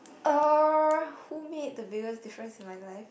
uh who made the biggest difference in my life